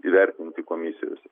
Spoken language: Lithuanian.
įvertinti komisijose